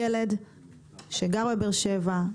ילד שגר בבאר שבע,